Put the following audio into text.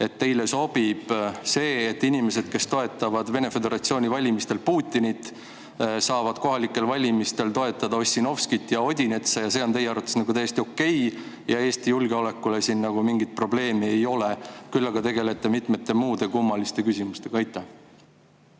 et teile sobib, kui inimesed, kes toetavad Vene föderatsiooni valimistel Putinit, saavad kohalikel valimistel toetada Ossinovskit ja Odinetsa, et see on teie arvates täiesti okei ja Eesti julgeolekule siin mingit probleemi ei ole, küll aga te tegelete mitmete muude kummaliste küsimustega?